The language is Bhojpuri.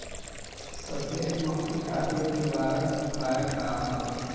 सफेद मक्खी खातिर निवारक उपाय का ह?